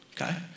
Okay